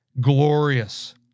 glorious